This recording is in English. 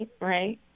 right